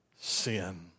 sin